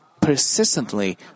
persistently